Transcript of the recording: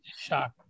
shocked